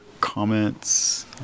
comments